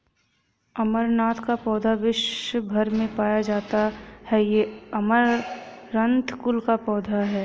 अमरनाथ का पौधा विश्व् भर में पाया जाता है ये अमरंथस कुल का पौधा है